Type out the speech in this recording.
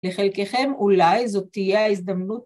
לחלקכם אולי זאת תהיה ההזדמנות.